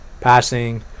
passing